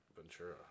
Ventura